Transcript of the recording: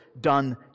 done